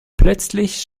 plötzlich